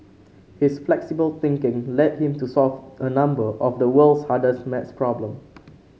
his flexible thinking led him to solve a number of the world's hardest maths problem